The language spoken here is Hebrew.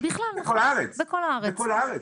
בכלל, בכל הארץ.